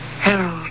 Harold